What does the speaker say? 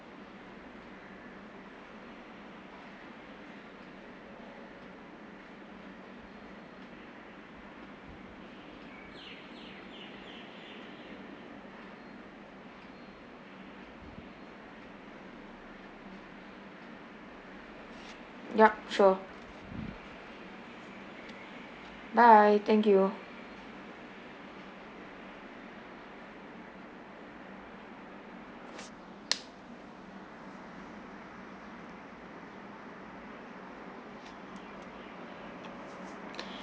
yup sure bye thank you